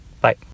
Bye